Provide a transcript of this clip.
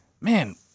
Man